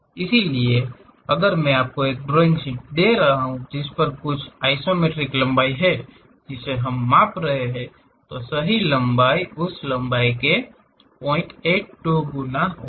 इसलिए अगर मैं आपको एक ड्राइंग शीट दे रहा हूं जिस पर कुछ आइसोमेट्रिक लंबाई है जिसे हम माप रहे हैं तो सही लंबाई उस लंबाई का 082 गुना होगी